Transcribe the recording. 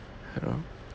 you know